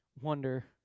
wonder